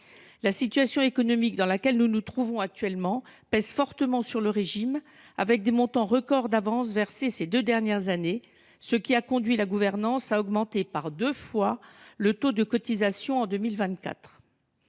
La situation économique dans laquelle nous nous trouvons actuellement pèse fortement sur le régime, avec des montants record d'avances versés ces deux dernières années, ce qui a conduit la gouvernance à augmenter par deux fois le taux de cotisation en 2024.